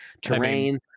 terrain